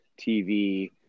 TV